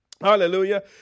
Hallelujah